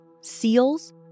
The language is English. Seals